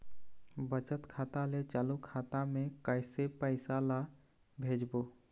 बचत खाता ले चालू खाता मे कैसे पैसा ला भेजबो?